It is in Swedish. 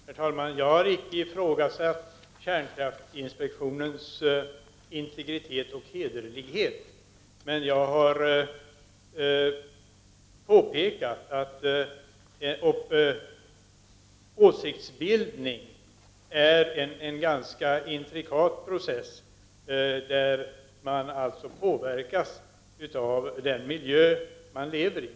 Herr talman! Jag har icke ifrågasatt kärnkraftinspektionens integritet och hederlighet, men jag har påpekat att åsiktsbildning är en ganska intrikat process, i vilken man alltså påverkas av den miljö man lever i.